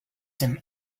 them